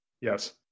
Yes